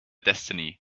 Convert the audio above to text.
destiny